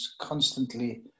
constantly